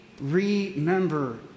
remember